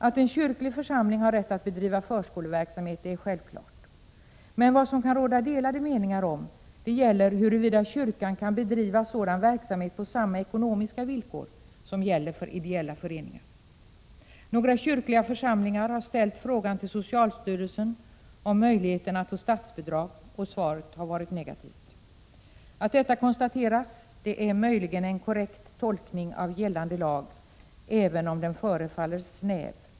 Att en kyrklig församling har rätt att bedriva förskoleverksamhet är självklart. Men vad det kan råda delade meningar om är huruvida kyrkan kan bedriva sådan verksamhet på samma ekonomiska villkor som gäller för ideella föreningar. Några kyrkliga församlingar har ställt frågan till socialstyrelsen om möjligheterna att få statsbidrag, och svaret har varit negativt. Att detta konstateras är möjligen en korrekt tolkning av gällande lag, även om tolkningen förefaller snäv.